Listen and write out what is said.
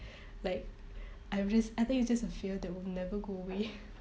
like I'm just I think it's just a fear that will never go away